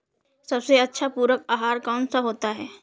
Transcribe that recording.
सबसे अच्छा पूरक आहार कौन सा होता है?